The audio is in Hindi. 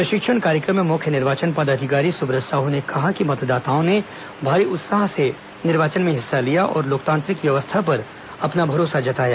प्रशिक्षण कार्यक्रम में मुख्य निर्वाचन पदाधिकारी सुब्रत साह ने कहा कि मतदाताओं ने भारी उत्साह से निर्वाचन में हिस्सा लिया और लोकतांत्रिक व्यवस्था पर अपना भरोसा जताया